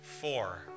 four